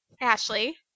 Ashley